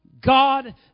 God